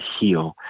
heal